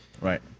Right